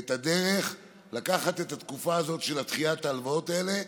את הדרך לקחת את התקופה הזאת של דחיית ההלוואות האלה